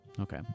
Okay